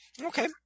Okay